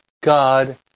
God